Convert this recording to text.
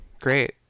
great